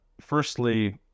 firstly